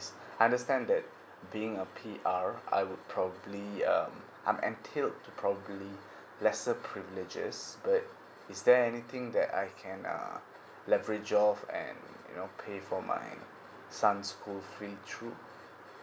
understand that being a P_R I would probably um I'm entailed to probably lesser privileges but is there anything that I can uh leverage of and you know pay for my son's school fee through